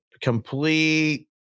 complete